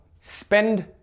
spend